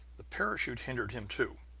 the parachute hindered him, too.